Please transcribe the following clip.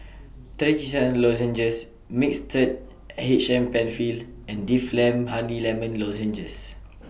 Trachisan Lozenges Mixtard H M PenFill and Difflam Honey Lemon Lozenges